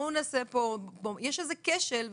יש איזה כשל.